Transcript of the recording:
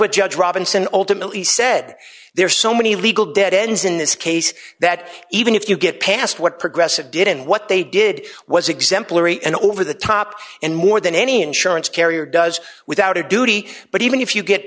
what judge robinson alternately said there are so many legal dead ends in this case that even if you get past what progressive did and what they did was exemplary and over the top and more than any insurance carrier does without a duty but even if you get